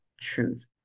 truth